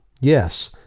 Yes